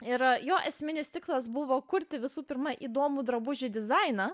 ir jo esminis tikslas buvo kurti visų pirma įdomų drabužių dizainą